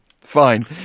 fine